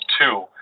two